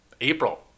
April